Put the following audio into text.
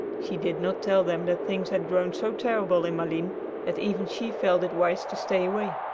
she did not tell them that things had grown so terrible in malines that even she felt it wise to stay away.